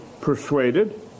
persuaded